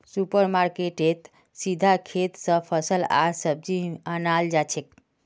super मार्केटेत सीधा खेत स फल आर सब्जी अनाल जाछेक